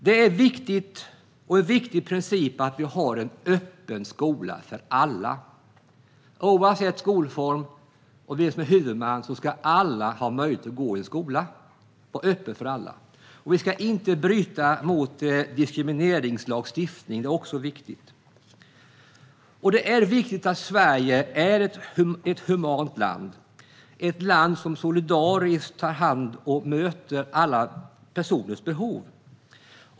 Det är en viktig princip att vi har en öppen skola för alla, oavsett skolform och oavsett huvudman ska alla ha möjlighet att gå i en skola som är öppen för alla. Vi ska inte heller bryta mot diskrimineringslagstiftningen. Det är viktigt att Sverige är ett humant land, ett land som solidariskt tar hand om och möter alla personers behov.